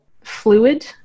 fluid